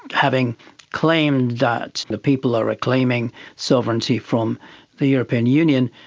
having claimed that the people are reclaiming sovereignty from the european union,